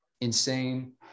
Insane